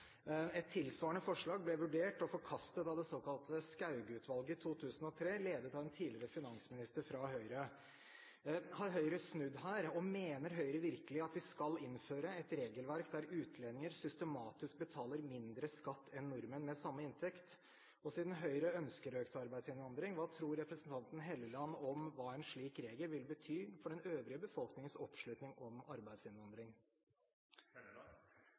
Et tilsvarende forslag ble vurdert og forkastet av det såkalte Skauge-utvalget i 2003, ledet av en tidligere finansminister fra Høyre. Har Høyre snudd her? Mener Høyre virkelig at vi skal innføre et regelverk der utlendinger systematisk betaler mindre skatt enn nordmenn med samme inntekt? Og siden Høyre ønsker økt arbeidsinnvandring, hva tror representanten Helleland en slik regel vil bety for den øvrige befolkningens oppslutning om